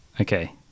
Okay